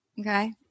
Okay